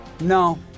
No